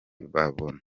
babona